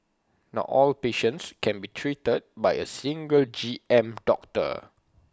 not all patients can be treated by A single G M doctor